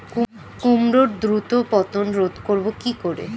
কুমড়োর দ্রুত পতন রোধ করব কি করে?